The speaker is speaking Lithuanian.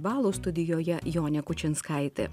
balų studijoje jonė kučinskaitė